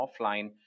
offline